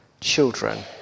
children